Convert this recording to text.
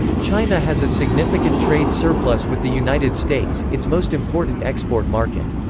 china has a significant trade surplus with the united states, its most important export market.